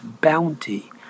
bounty